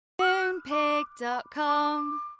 Moonpig.com